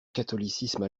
catholicisme